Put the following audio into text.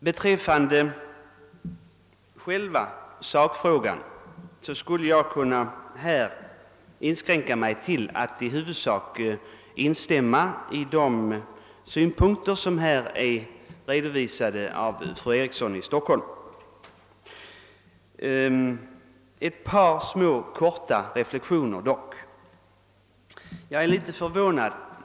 Beträffande själva sakfrågan skulle jag här kunna inskränka mig till att i huvudsak instämma i de synpunkter som redovisats av fru Eriksson i Stockholm. Ett par korta reflexioner vill jag dock göra.